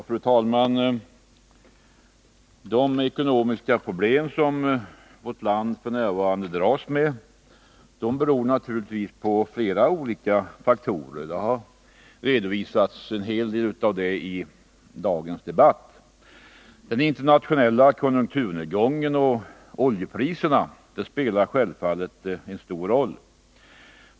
Fru talman! De ekonomiska problem som vårt land f. n. dras med beror naturligtvis på flera olika faktorer. En hel del av dem har redovisats i dagens debatt. Den internationella konjunkturnedgången och oljepriserna spelar självfallet en stor roll.